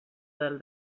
del